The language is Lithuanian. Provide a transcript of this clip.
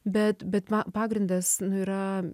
bet bet pagrindas yra